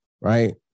right